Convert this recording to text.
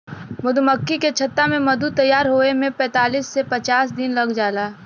मधुमक्खी के छत्ता में मधु तैयार होये में पैंतालीस से पचास दिन लाग जाला